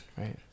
right